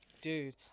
Dude